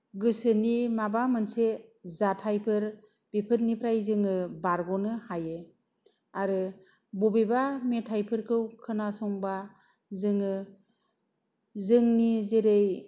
गोसोनि माबा मोनसे जाथायफोर बेफोरनिफ्राय जोङो बारग'नो हायो आरो बबेबा मेथायफोरखौ खोनासंबा जोङो जोंनि जेरै